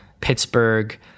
Pittsburgh